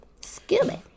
Scooby